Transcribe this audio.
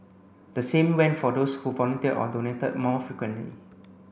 the same went for those who volunteered or donated more frequently